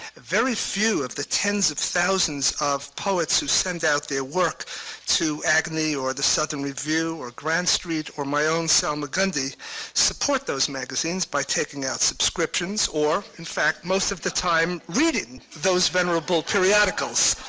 very few of the tens of thousands of poets who send out their work to agni, or the sutton review, or grand street, or my own salmagundi support those magazines by taking out subscriptions or, in fact, most of the time reading those venerable periodicals.